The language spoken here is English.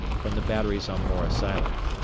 from the batteries on morris island.